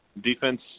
defense